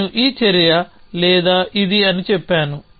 నేను ఈ చర్య లేదా ఇది అని చెప్పాను